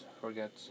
forget